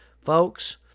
Folks